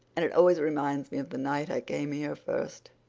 and it always reminds me of the night i came here first.